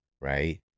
right